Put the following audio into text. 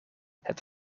het